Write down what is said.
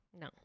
No